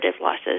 losses